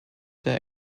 their